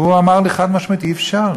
והוא אמר לי חד-משמעית: אי-אפשר,